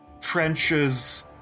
trenches